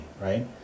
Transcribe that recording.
right